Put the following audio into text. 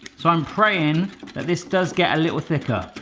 so i'm prayin' that this does get a little thicker,